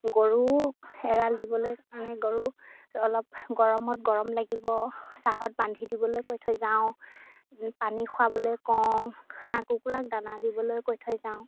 গৰু এৰাল দিবলৈ কাৰণে গৰু অলপ গৰমত গৰম লাগিব ছাঁত বান্ধি দিবলৈ কৈ থৈ যাওঁ পানী খুৱাবলৈ কওঁ হাঁহ কুকুৰাক দানা দিবলৈ কৈ থৈ যাওঁ